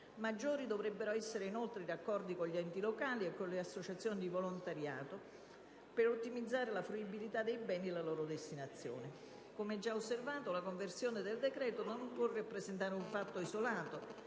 Maggiori dovrebbero essere, inoltre, i raccordi con gli enti locali e con le associazioni di volontariato per ottimizzare la fruibilità dei beni e la loro destinazione. Come già osservato, la conversione del decreto-legge non può rappresentare un fatto isolato,